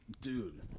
Dude